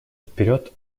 вперед